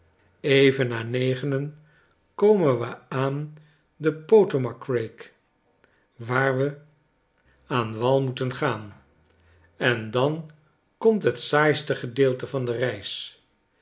even na negenen komen we aan depotomackreek waar we aan wal moeten gaan en dan komt het saaiste deel van de reis